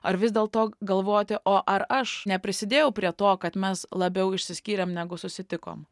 ar vis dėlto galvoti o ar aš neprisidėjau prie to kad mes labiau išsiskyrėm negu susitikom